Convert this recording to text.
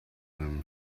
them